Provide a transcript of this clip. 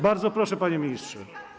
Bardzo proszę, panie ministrze.